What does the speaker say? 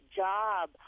job